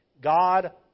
God